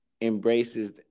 embraces